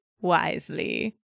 wisely